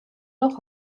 noch